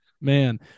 Man